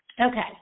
Okay